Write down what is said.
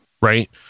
right